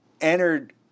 entered